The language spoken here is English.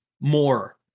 more